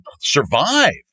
survive